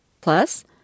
Plus